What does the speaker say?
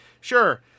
sure